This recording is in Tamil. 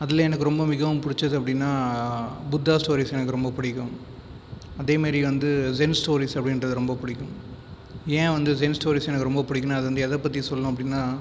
அதில் எனக்கு ரொம்ப மிகவும் பிடித்தது அப்படினால் புத்தா ஸ்டோரீஸ் எனக்கு ரொம்ப பிடிக்கும் அதே மாதிரி வந்து ஜென் ஸ்டோரீஸ் அப்படின்றது ரொம்ப பிடிக்கும் ஏன் வந்து ஜென் ஸ்டோரீஸ் எனக்கு ரொம்ப பிடிக்கும்னால் அது வந்து எதைப் பற்றி சொல்லும் அப்படின்னால்